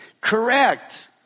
Correct